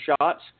shots